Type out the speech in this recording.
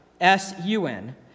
S-U-N